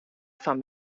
fan